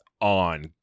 on